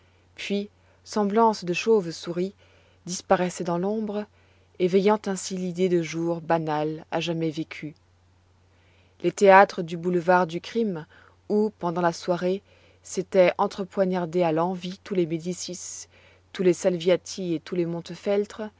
puis semblances de chauves-souris disparaissaient dans l'ombre éveillant ainsi l'idée de jours banals à jamais vécus les théâtres du boulevard du crime où pendant la soirée s'étaient entrepoignardés à l'envi tous les médicis tous les salviati et tous les